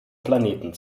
planeten